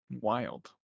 Wild